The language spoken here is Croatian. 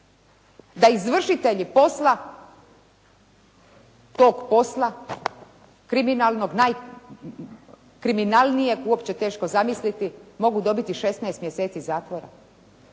da izvršitelji posla, tog posla, kriminalnog, najkriminalnijeg, uopće teško zamisliti mogu dobiti 16 mjeseci zatvora.